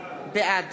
בעד